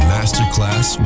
Masterclass